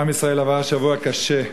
עם ישראל עבר שבוע קשה,